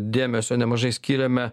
dėmesio nemažai skyrėme